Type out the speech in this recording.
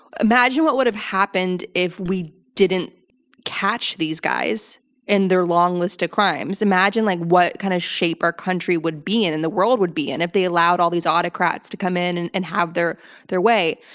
imagine what would have happened if we didn't catch these guys in their long list of crimes. imagine like what kind of shape our country would be in and the world would be in if they allowed all these autocrats to come in and and have their their way.